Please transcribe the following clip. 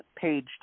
page